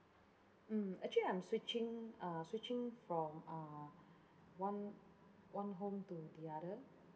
mm actually I'm switching uh switching from uh one one home to the other